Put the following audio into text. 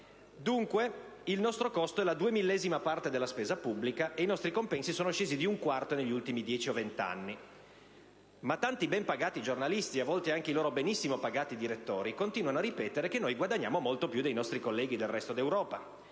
Dunque, il nostro costo è la duemillesima parte della spesa pubblica, e i nostri compensi sono scesi di un quarto negli ultimi 10-20 anni. Ma tanti ben pagati giornalisti, e a volte anche i loro benissimo pagati direttori continuano a ripetere che noi guadagniamo molto più dei nostri colleghi del resto d'Europa.